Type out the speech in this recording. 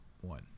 one